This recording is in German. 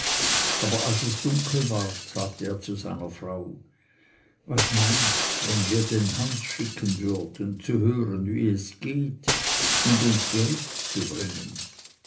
aber als es dunkel ward sagte er zu seiner frau was meinst wenn wir den hans schicken würden zu hören wie es geht und uns bericht zu bringen